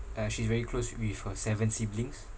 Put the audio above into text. uh she's very close with her seven siblings